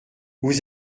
vous